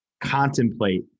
contemplate